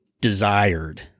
desired